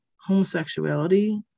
homosexuality